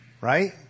Right